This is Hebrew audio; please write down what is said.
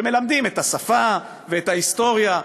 ומלמדים את השפה ואת ההיסטוריה.